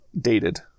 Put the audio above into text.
dated